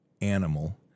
animal